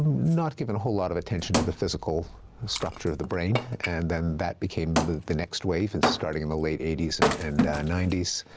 not given a whole lot of attention to the physical structure of the brain. and then that became the the next wave and starting in the late eighty s and and ninety s.